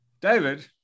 David